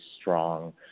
strong